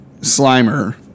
Slimer